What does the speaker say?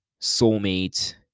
soulmate